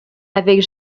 avec